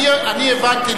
אני הבנתי,